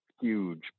huge